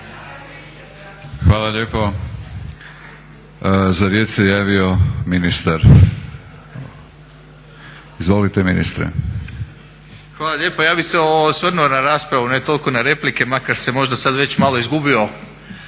Hvala lijepo. Za riječ se javio ministar. Izvolite ministre. **Miljenić, Orsat** Hvala lijepa. Ja bi se osvrnu na raspravu, ne toliko na replike makar se možda već sad malo izgubio